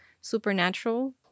supernatural